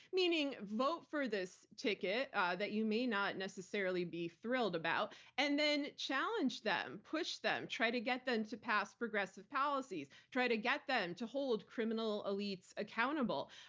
meaning, vote for this ticket that you may not necessarily be thrilled about and then challenge them, push them, try to get them to pass progressive policies, try to get them to hold criminal elites accountable.